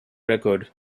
record